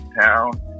town